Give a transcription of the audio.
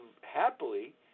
happily